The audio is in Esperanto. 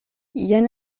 jen